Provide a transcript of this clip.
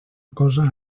cosa